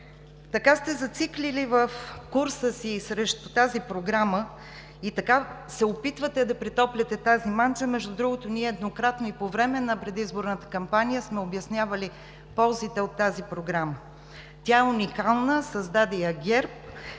Така сте зациклили в курса си срещу тази Програма и така се опитвате да претопляте тази манджа, между другото, ние и по време на предизборната кампания сме обяснявали ползите от тази Програма. Тя е уникална, създаде я ГЕРБ.